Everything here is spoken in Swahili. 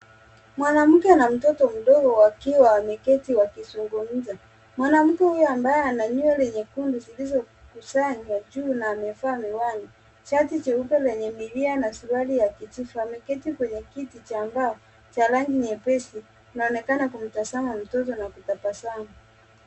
Mwanamke na mtoto mdogo wakiwa wameketi wakizungumza. Mwanamke huyo ambaye ana nywele nyekundu zilizokusanya juu na amevaa miwani, shati jeupe lenye milia na suruali ya kijivu. Ameketi kwenye kiti cha mbao cha rangi nyepesi. Anaonekana kumtazama mtoto na kutabasamu.